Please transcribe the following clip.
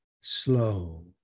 slow